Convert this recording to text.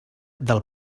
del